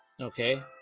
Okay